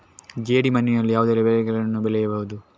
ಜೇಡಿ ಮಣ್ಣಿನಲ್ಲಿ ಯಾವುದೆಲ್ಲ ಬೆಳೆಗಳನ್ನು ಬೆಳೆಯಬಹುದು?